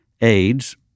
AIDS